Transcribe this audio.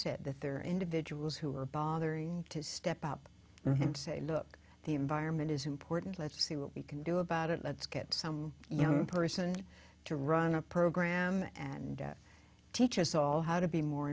said that there are individuals who are bothering to step up and say look the environment is important let's see what we can do about it let's get some young person to run a program and teach us all how to be more